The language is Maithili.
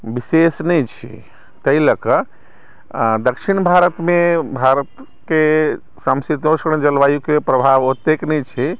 विशेष नै छै ताहि लऽ कऽ दक्षिण भारतमे भारतके समशीतोष्ण जलवायुके प्रभाव ओतेक नहि छै